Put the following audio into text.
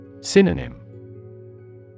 Synonym